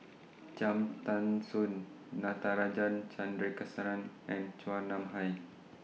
Cham Tao Soon Natarajan Chandrasekaran and Chua Nam Hai